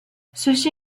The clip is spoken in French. ceci